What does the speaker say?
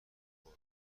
بار